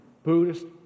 Buddhist